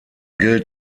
gilt